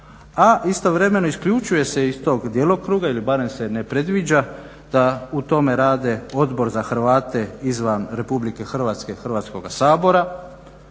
a istovremeno isključuje se iz tog djelokruga ili barem se ne predviđa da u tome rade Odbor za Hrvate izvan Republike Hrvatske Hrvatskoga sabora,